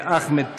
אחמד טיבי,